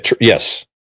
Yes